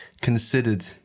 considered